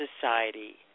society